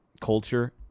culture